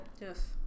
Yes